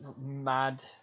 mad